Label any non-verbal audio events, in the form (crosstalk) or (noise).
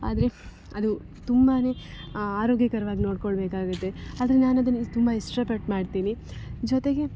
ಆದರೆ ಅದು ತುಂಬಾ ಆರೋಗ್ಯಕರ್ವಾಗಿ ನೋಡಿಕೊಳ್ಬೇಕಾಗುತ್ತೆ ಆದರೆ ನಾನು ಅದನ್ನು (unintelligible) ತುಂಬ ಇಷ್ಟಪಟ್ಟು ಮಾಡ್ತೀನಿ ಜೊತೆಗೆ